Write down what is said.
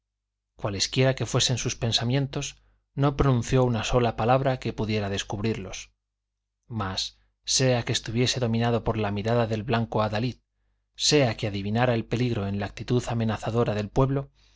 a penetrar cualesquiera que fuesen sus pensamientos no pronunció una sola palabra que pudiera descubrirlos mas sea que estuviese dominado por la mirada del blanco adalid sea que adivinara el peligro en la actitud amenazadora del pueblo